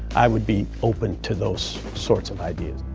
i would be open to those sorts of ideas.